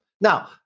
Now